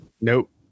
Nope